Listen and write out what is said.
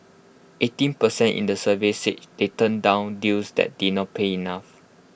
eighteen per cent in the survey said they've turned down deals that did not pay enough